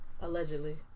Allegedly